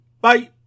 Bye